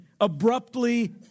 abruptly